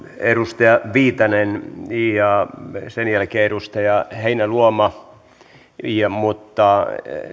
edustaja viitanen ja sen jälkeen edustaja heinäluoma mutta